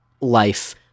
life